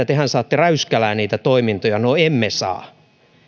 tehän saatte räyskälään niitä toimintoja no emme saa